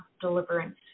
deliverance